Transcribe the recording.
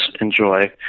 enjoy